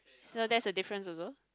so there's the difference also